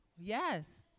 Yes